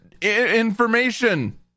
information